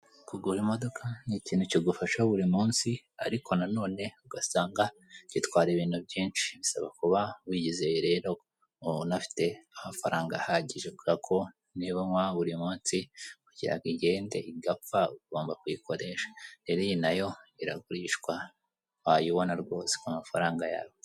Kugura Imodoka n'ikintu kigufasha buri munsi ariko nanone ugasanga gitwara ibintu byinshi, bisaba kuba wiyizeye rero unafite amafaranga ahagije kubera ko niba unywa buri munsi kugira ngo igende, igapfa ugomba kuyikoresha. Rero iyi nayo iragurishwa, wayibona rwose ku mafaranga yawe.